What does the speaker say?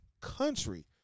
country